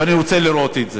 ואני רוצה לראות את זה.